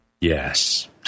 yes